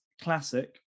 classic